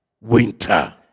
winter